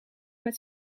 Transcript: met